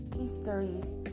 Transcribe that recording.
histories